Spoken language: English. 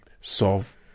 solve